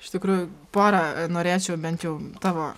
iš tikrųjų porą norėčiau bent jau tavo